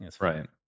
Right